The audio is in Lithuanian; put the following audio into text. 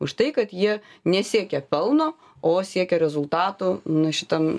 už tai kad jie nesiekia pelno o siekia rezultatų na šitam